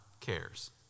cares